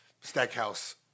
Stackhouse